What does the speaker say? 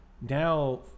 now